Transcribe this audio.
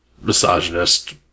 misogynist